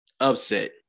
upset